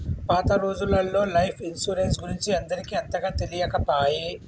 పాత రోజులల్లో life insurance గురించి అందరికి అంతగా తెలియకపాయె